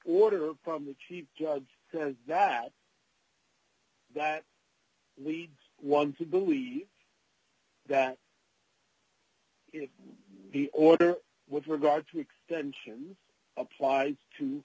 order from the chief judge says that that leads one to believe that the order with regard to extensions applies to